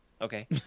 Okay